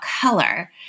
color